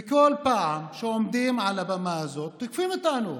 וכל פעם שעומדים על הבמה הזאת, תוקפים אותנו,